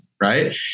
Right